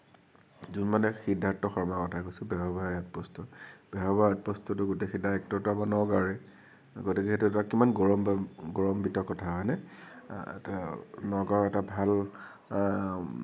যোন মানে সিদ্ধাৰ্থ শৰ্মাৰ কথা কৈছোঁ বেহৰবাৰী আউটপষ্টৰ বেহৰবাৰী আউটপষ্টতো গোটেইকেইটা এক্টৰতো আমাৰ নগাঁৱৰে গতিকে সেইটো এটা কিমান গৌৰম গৌৰম্বিত কথা হয়নে এটা নগাঁৱৰ এটা ভাল